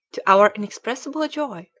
to our inexpressible joy,